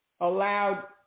allowed